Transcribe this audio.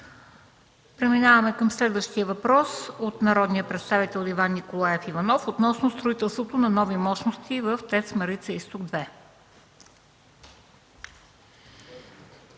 Преминаваме към следващия въпрос от народния представител Иван Николаев Иванов относно строителството на нови мощности в ТЕЦ „Марица изток 2”.